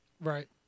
Right